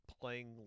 playing